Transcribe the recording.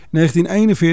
1941